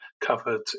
covered